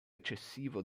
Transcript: eccessivo